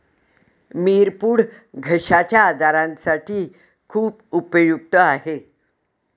मिरपूड घश्याच्या आजारासाठी खूप उपयुक्त आहे